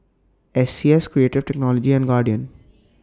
S C S Creative Technology and Guardian